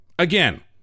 Again